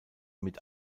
mit